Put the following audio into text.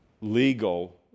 legal